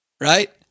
Right